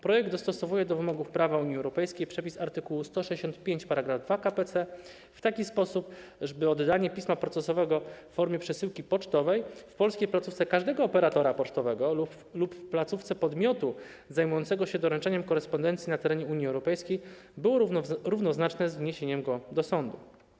Projekt dostosowuje do wymogów prawa Unii Europejskiej przepis art. 165 § 2 k.p.c. w taki sposób, żeby oddanie pisma procesowego w formie przesyłki pocztowej w polskiej placówce każdego operatora pocztowego lub w placówce podmiotu zajmującego się doręczaniem korespondencji na terenie Unii Europejskiej było równoznaczne z wniesieniem go do sądu.